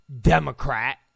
Democrat